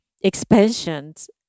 expansions